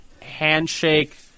handshake